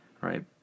right